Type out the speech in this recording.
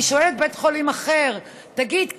אני שואלת בבית חולים אחר: תגיד,